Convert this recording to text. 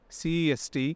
CEST